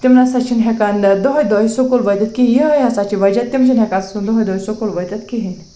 تِم نہ سا چھِنہٕ ہٮ۪کان دۄہَے دۄہَے سُکوٗل وٲتِتھ کہِ یِہوٚے ہسا چھِ وجہ تِم چھِنہٕ ہٮ۪کان سُہ دۄہَے دۄہَے سُکوٗل وٲتِتھ کِہیٖنۍ